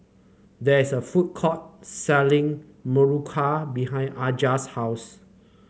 there is a food court selling muruku behind Aja's house